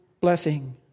blessing